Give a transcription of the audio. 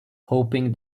hoping